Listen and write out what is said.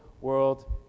world